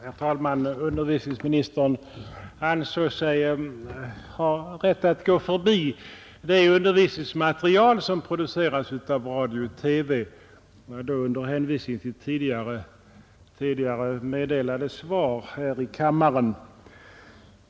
Herr talman! Utbildningsministern ansåg sig ha rätt att gå förbi det undervisningsmaterial som produceras av radio och TV, detta under hänvisning till tidigare lämnade svar i riksdagen.